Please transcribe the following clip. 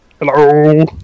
Hello